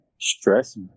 stress